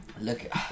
look